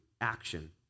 action